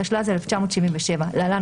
התשל"ז 1977 (להלן,